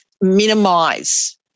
minimize